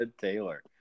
Taylor